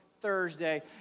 Thursday